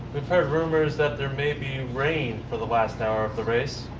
we've heard rumors that there may be rain for the last hour of the race.